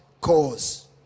cause